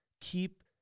Keep